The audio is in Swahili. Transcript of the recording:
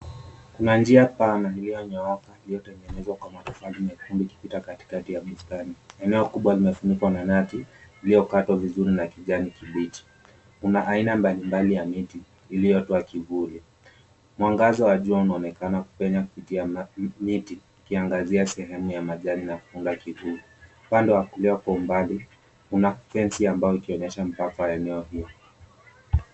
Kuna njia pana iliyonyooka iliyotengenezwa kwa matofali mekundu ikipita katikati mwa bustani. Eneo kubwa limefunikwa na nati iliyokatwa vizuri na kijani kibichi. Kuna aina mbalimbali ya miti iliyotoa kivuli. Mwangaza wa jua unaonekana kupenya kupitia mti ikiangazia sehemu ya majani na kuunda kivuli. Upande wa kulia kwa umbali kuna fence ya mbao ikionyesha mpaka wa eneo hilo.